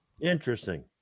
Interesting